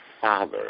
father